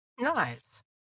nice